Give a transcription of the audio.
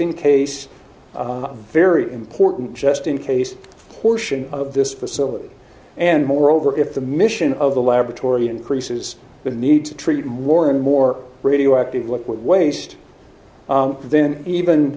in case very important just in case portion of this facility and moreover if the mission of the laboratory increases the need to treat more and more radioactive what waste then even